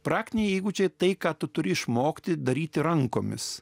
praktiniai įgūdžiai tai ką tu turi išmokti daryti rankomis